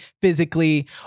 physically